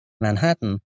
Manhattan